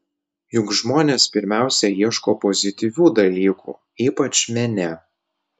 juk žmonės pirmiausia ieško pozityvių dalykų ypač mene